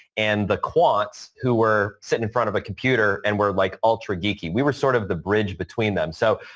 and the quants who were sitting in front of a computer and were like ultra geeky. we were sort of the bridge between them. so,